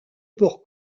pour